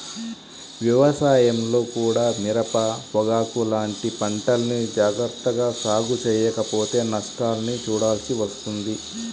వ్యవసాయంలో కూడా మిరప, పొగాకు లాంటి పంటల్ని జాగర్తగా సాగు చెయ్యకపోతే నష్టాల్ని చూడాల్సి వస్తుంది